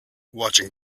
watching